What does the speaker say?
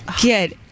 get